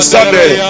Sunday